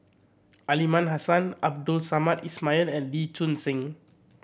Aliman Hassan Abdul Samad Ismail and Lee Choon Seng